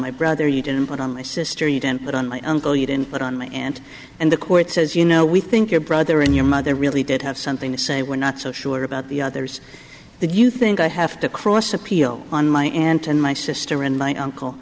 my brother you didn't put on my sister you didn't put on my uncle you didn't let on my aunt and the court says you know we think your brother and your mother really did have something to say we're not so sure about the others the you think i have to cross appeal on my aunt and my sister and my uncle